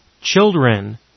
children